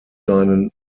seinen